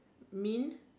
means